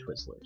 Twizzlers